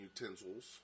utensils